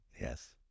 Yes